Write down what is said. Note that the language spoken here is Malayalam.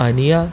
അനിയാ